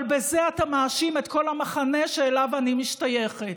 אבל בזה אתה מאשים את כל המחנה שאליו אני משתייכת.